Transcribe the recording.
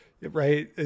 right